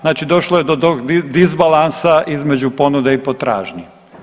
Znači došlo je do disbalansa između ponude i potražnje.